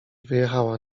wyjechała